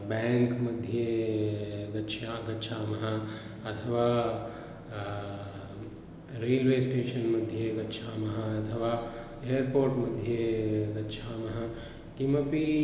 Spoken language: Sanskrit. बाङ्क्मध्ये गच्छा गच्छामः अथवा रैल्वे स्टेषन्मध्ये गच्छामः अथवा एर्पोर्ट्मध्ये गच्छामः किमपि